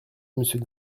monsieur